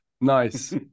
Nice